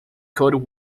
cold